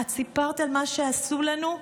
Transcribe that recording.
את סיפרת על מה שעשו לנו?